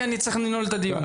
כי אני צריך לנעול את הדיון.